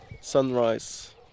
Sunrise